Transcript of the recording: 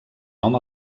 nom